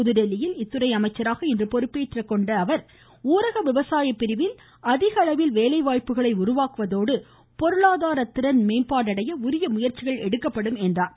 புதுதில்லியில் இத்துறை அமைச்சராக இன்று பொறுப்பேற்றுக்கொண்ட அவர் ஊரக விவசாய பிரிவில் அதிக அளவில் வேலைவாய்ப்புகளை உருவாக்குவதோடு பொருளாதார திறன் வளர்ச்சியடைய உரிய முயற்சிகள் எடுக்கப்படும் என்றார்